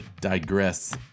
digress